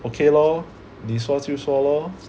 okay loh 你说就说 lor